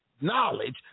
knowledge